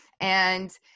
and-